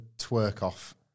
twerk-off